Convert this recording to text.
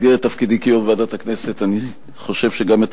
אבל במסגרת תפקידי כיו"ר ועדת הכנסת אני חושב שגם את